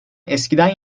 eskiden